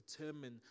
determine